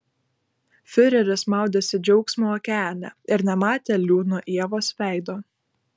fiureris maudėsi džiaugsmo okeane ir nematė liūdno ievos veido